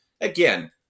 Again